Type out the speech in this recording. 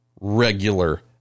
regular